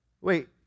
Wait